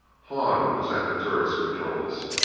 hahn was at the turret's controls.